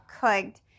cooked